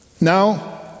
Now